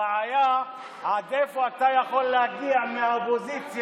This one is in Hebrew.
הבעיה היא עד איפה אתה יכול להגיע מהאופוזיציה